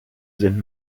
sind